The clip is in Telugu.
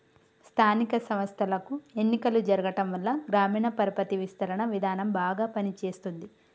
స్థానిక సంస్థలకు ఎన్నికలు జరగటంవల్ల గ్రామీణ పరపతి విస్తరణ విధానం బాగా పని చేస్తుంది